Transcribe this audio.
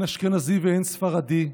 אין אשכנזי ואין ספרדי,